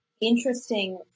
interesting